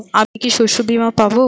আমি কি শষ্যবীমা পাব?